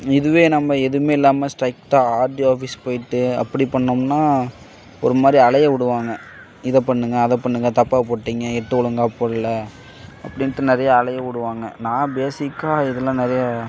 இதுவே நம்ம எதுவுமே இல்லாமல் ஸ்ட்ரைட்டாக ஆர்டிஓ ஆஃபீஸ் போய்விட்டு அப்படி பண்ணிணோம்னா ஒரு மாதிரி அலைய விடுவாங்க இதை பண்ணுங்கள் அதை பண்ணுங்கள் தப்பா போட்டிங்க எட்டு ஒழுங்கா போடலை அப்படின்ட்டு நிறையா அலைய விடுவாங்க நான் பேஸிக்காக இதெலாம் நிறைய